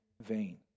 vain